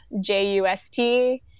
J-U-S-T